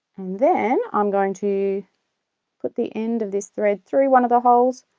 then i'm going to put the end of this thread through one of the holes